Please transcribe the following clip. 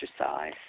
exercise